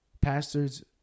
Pastors